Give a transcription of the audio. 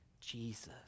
Jesus